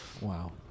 wow